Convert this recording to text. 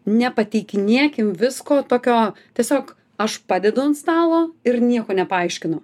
nepateikinėkim visko tokio tiesiog aš padedu ant stalo ir nieko nepaaiškinu